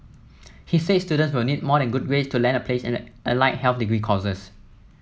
he said students will need more than good grades to land a place in the allied health degree courses